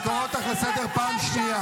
שקר בנפשך.